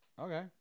Okay